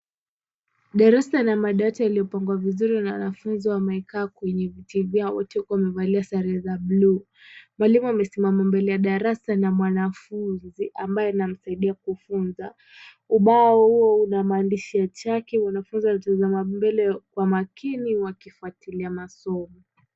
Darasa la madawati yaliyopangwa vizuri na wanafunzi wamekaa kwenye viti vyao wote wakiwa wamevalia sare za bluu, mwalimu amesimama mbele ya darasa na mwanafunzi ambaye anamsaidia kufunza, ubao huo una maandishi ya chaki, wanafunzi wanatazama mbele kwa makini wakifuatilia masomo.